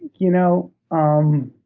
you know, um